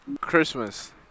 Christmas